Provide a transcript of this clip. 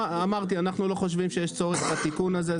אמרתי שאנחנו לא חושבים שיש צורך בתיקון הזה.